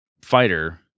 fighter